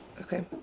Okay